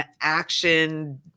action